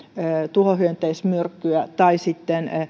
tuhohyönteismyrkkyä tai sitten